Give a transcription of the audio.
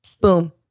boom